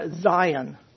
Zion